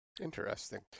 interesting